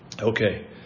Okay